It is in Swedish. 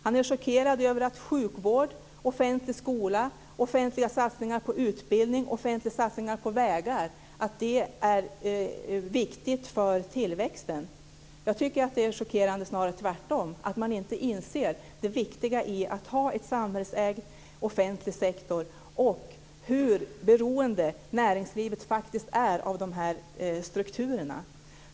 Han är chockerad över att sjukvård, offentlig skola, offentliga satsningar på utbildning och vägar är viktiga för tillväxten. Jag tycker att det omvända är chockerande, att man inte inser det viktiga i att ha en samhällsägd offentlig sektor och att man inte inser hur beroende näringslivet faktiskt är av dessa strukturer.